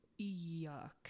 yuck